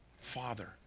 Father